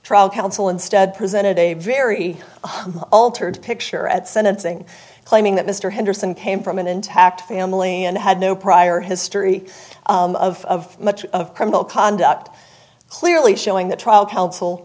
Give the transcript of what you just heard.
trial counsel instead presented a very altered picture at sentencing claiming that mr henderson came from an intact family and had no prior history of much of criminal conduct clearly showing the trial